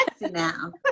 now